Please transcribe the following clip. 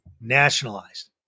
nationalized